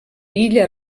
illa